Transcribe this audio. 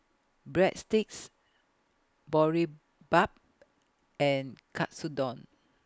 Breadsticks Boribap and Katsudon